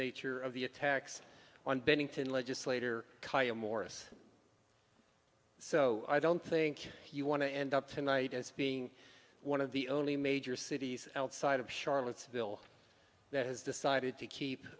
nature of the attacks on bennington legislator morris so i don't think you want to end up tonight as being one of the only major cities outside of charlottesville that has decided to keep